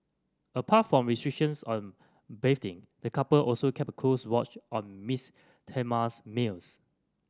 apart from restrictions on bathing the couple also kept a close watch on Miss Thelma's meals